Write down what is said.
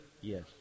Yes